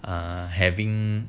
err having